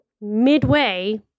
midway